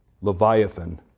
Leviathan